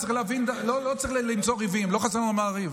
לא צריך למצוא ריבים, לא חסר לנו על מה לריב.